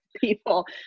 people